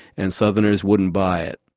and southerners wouldn't buy it.